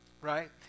right